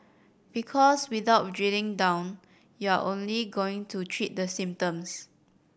because without drilling down you're only going to treat the symptoms